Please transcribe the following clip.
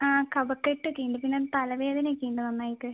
ആ കഫക്കെട്ട് ഒക്കെ ഉണ്ട് പിന്നെ തലവേദന ഒക്കെ ഉണ്ട് നന്നായിട്ട്